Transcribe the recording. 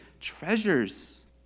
treasures